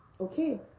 okay